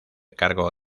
cargo